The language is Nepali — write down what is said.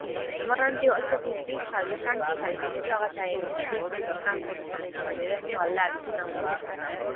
ए होइन मलाई पनि त्यो अलिकति पिस खालको शान्ति खालको नै जग्गा चाहिएको कि जसमा चाहिँ म काम गर्नु सक्छु भनेर नि हल्लाहरू चाहिँ नहोस् भनेर नि